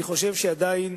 אני חושב שעדיין